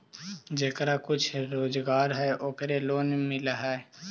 जेकरा कुछ रोजगार है ओकरे लोन मिल है?